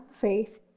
faith